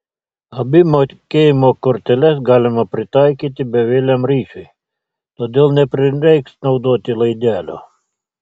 abi mokėjimo korteles galima pritaikyti bevieliam ryšiui todėl neprireiks naudoti laidelio